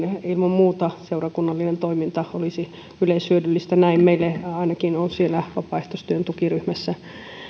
ilman muuta seurakunnallinen toiminta olisi yleishyödyllistä näin meille ainakin on vapaaehtoistyön tukiryhmässä